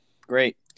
Great